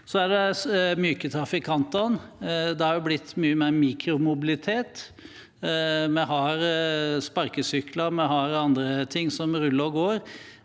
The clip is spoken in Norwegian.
Så er det de myke trafikantene. Det har blitt mye mer mikromobilitet. Vi har sparkesykler, vi har andre ting som ruller og går.